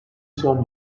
son